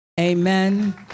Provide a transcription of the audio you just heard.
Amen